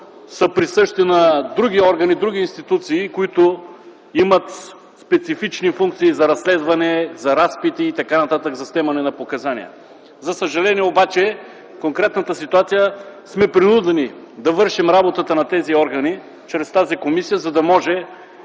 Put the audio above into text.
присъща на други органи и други институции, които имат специфични функции за разследване, за разпити, за снемане на показания. За съжаление обаче в конкретната ситуация сме принудени да вършим работата на тези органи чрез тази комисия, за да може